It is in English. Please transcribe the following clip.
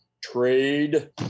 trade